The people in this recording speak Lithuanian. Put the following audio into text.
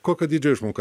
kokio dydžio išmoka